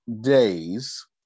days